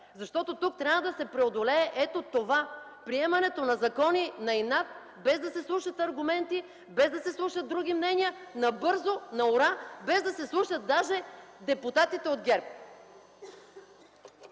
Защото тук трябва да се преодолее ето това – приемането на закони „на инат” без да се слушат аргументи, без да се слушат други мнения, набързо, „на ура”, без да се слушат даже депутатите от ГЕРБ.